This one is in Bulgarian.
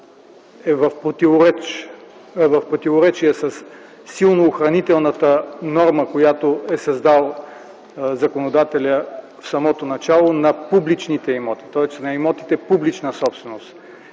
е в противоречие със силно охранителната норма, която е създал законодателят в самото начало, на публичните имоти, тоест на имотите публична собственост.